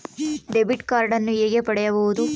Debit ಕಾರ್ಡನ್ನು ಹೇಗೆ ಪಡಿಬೋದು?